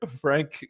Frank